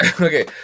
okay